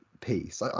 piece